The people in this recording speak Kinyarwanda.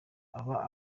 aba